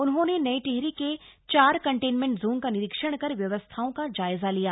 उन्होंने नई टिहरी के चार कंटेन्मेंट जोन का निरीक्षण कर व्यवस्थाओं का जायजा लिया